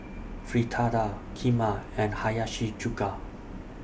Fritada Kheema and Hiyashi Chuka